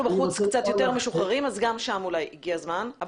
אנחנו בחוץ קצת יותר משוחררים אז אולי גם שם הגיע הזמן.